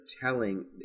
telling